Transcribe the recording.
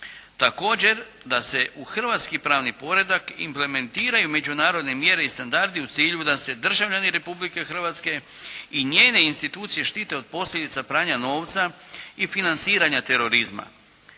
Također, da se u hrvatski pravni poredak implementiraju međunarodne mjere i standardi u cilju da se državljani Republike Hrvatske i njene institucije štite od posljedica pranja novca i financiranja terorizma